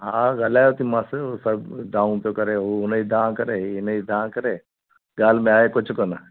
हा ॻाल्हायोथीमास हू सभु दांहूं पियो करे हूअ हुनजी दांह करे हीअ हिनजी दांह करे ॻाल्हि में आहे कुझु कोन्ह